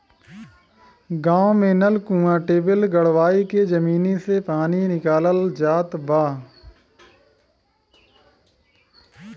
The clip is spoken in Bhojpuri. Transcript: गांव में नल, कूंआ, टिबेल गड़वाई के जमीनी से पानी निकालल जात बा